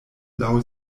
laŭ